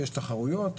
ויש תחרויות,